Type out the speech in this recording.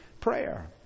prayer